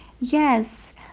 Yes